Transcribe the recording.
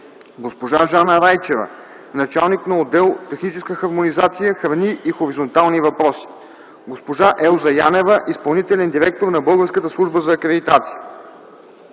госпожа Жана Райчева – началник на отдел „Техническа хармонизация – храни и хоризонтални въпроси”; госпожа Елза Янева – изпълнителен директор на Българската служба за акредитация;